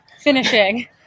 finishing